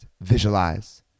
visualize